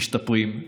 משתפרים.